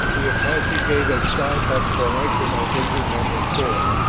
the apache gave a sharp exclamation as he remembered fully.